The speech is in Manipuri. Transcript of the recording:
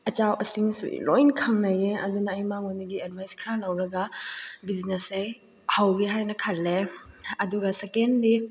ꯑꯆꯧ ꯑꯁꯥꯡꯁꯨ ꯂꯣꯏꯅ ꯈꯪꯅꯩꯌꯦ ꯑꯗꯨꯅ ꯑꯩ ꯃꯉꯣꯟꯗꯒꯤ ꯑꯦꯗꯚꯥꯏ ꯈꯔ ꯂꯧꯔꯒ ꯕꯤꯖꯤꯅꯦꯁꯁꯦ ꯍꯧꯒꯦ ꯍꯥꯏꯅ ꯈꯜꯂꯦ ꯑꯗꯨꯒ ꯁꯦꯀꯦꯟꯂꯤ